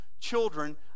children